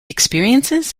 experiences